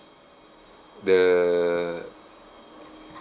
the